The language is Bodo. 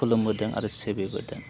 खुलुमबोदों आरो सिबिबोदों